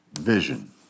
vision